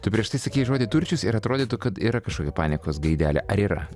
tu prieš tai sakei žodį turčius ir atrodytų kad yra kažkokia paniekos gaidelė ar yra